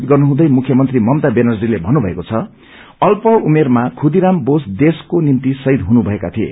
त गर्नुहुँदै मुख्यमंत्री व्यानर्जीले भन्नुभएको छ अल्प उमेरमा खुदीराम बोस देशको निम्ति शहीद हुनु भएका थिए